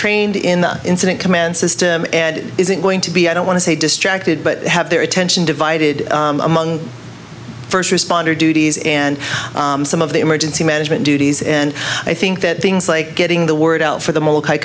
trained in the incident command system isn't going to be i don't want to say distracted but have their attention divided among first responder duties and some of the emergency management duties and i think that things like getting the word out for the mold